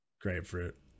Grapefruit